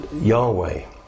Yahweh